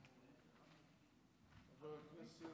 חבר הכנסת